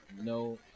No